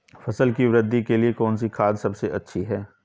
फसल की वृद्धि के लिए कौनसी खाद सबसे अच्छी है?